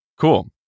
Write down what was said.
Cool